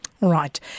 Right